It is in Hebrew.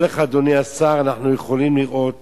אני אומר לך, אדוני השר, אנחנו יכולים לראות